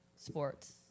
sports